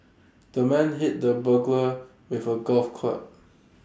the man hit the burglar with A golf club